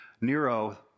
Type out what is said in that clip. Nero